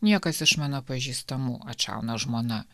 niekas iš mano pažįstamų atšauna žmona